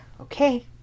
okay